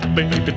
Baby